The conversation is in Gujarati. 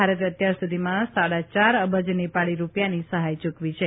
ભારતે અત્યાર સુધીમાં સાડા ચાર અબજ નેપાળી રૂપિયાની સહાય ચૂકવી છે